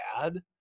bad